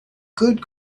good